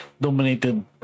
dominated